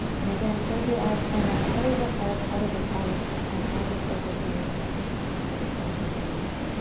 and again, close your eyes, find that head over heart, heart over pelvis this time pelvis over heels or the center of the heels.